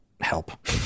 help